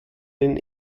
den